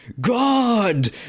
God